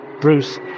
Bruce